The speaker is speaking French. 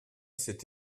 s’est